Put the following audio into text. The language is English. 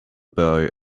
boy